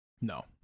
No